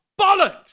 bollocks